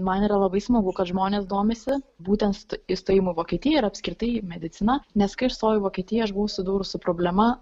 man yra labai smagu kad žmonės domisi būtent įstojimu į vokietiją ir apskritai į mediciną nes kai aš stojau į vokietiją aš buvau susidūrus su problema